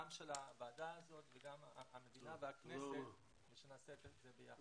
גם של הוועדה הזאת וגם המדינה והכנסת ונעשה זאת ביחד.